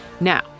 Now